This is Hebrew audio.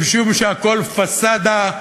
משום שהכול פסאדה,